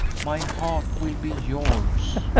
my heart will be yours.